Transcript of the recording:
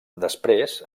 després